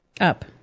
Up